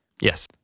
Yes